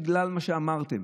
בגלל מה שאמרתם,